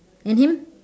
and him